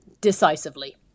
decisively